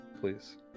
Please